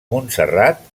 montserrat